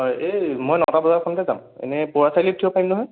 হয় মই এই নটা বজাৰখনতে যাম এনেই পৰুৱা চাৰিআলিত উঠিব পাৰিম নহয়